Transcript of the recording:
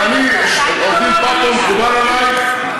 עורך דין פאפו מקובל עלייך?